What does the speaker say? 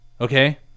Okay